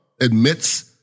admits